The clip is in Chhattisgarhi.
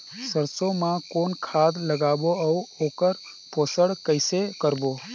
सरसो मा कौन खाद लगाबो अउ ओकर पोषण कइसे करबो?